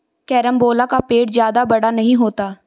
carambola का पेड़ जादा बड़ा नहीं होता